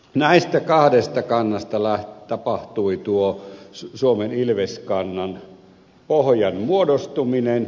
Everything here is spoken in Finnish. näistä kahdesta kannasta tapahtui tuo suomen ilveskannan pohjan muodostuminen